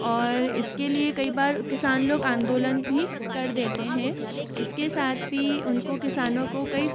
और इसके लिए कई बार किसान लोग आंदोलन भी कर देते हैं इसके साथ भी उनको किसानों को कई